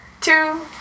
two